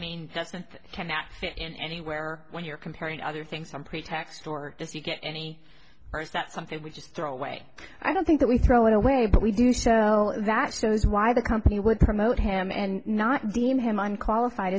cannot fit in anywhere when you're comparing other things some pretext or as you get any worse that something we just throw away i don't think that we throw it away but we do so that shows why the company would promote him and not deem him unqualified